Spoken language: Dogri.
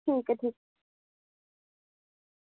ठीक ऐ ठीक